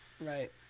Right